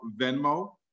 Venmo